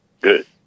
good